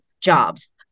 jobs